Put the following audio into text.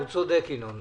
ינון צודק.